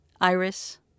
Iris